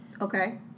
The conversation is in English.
Okay